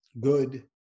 good